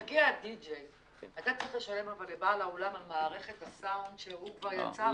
כאשר מגיע הדי-ג'יי אתה צריך לשלם לבעל האולם על מערכת הסאונד שהוא יצר?